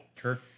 Sure